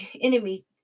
enemy